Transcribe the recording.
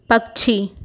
पक्षी